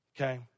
okay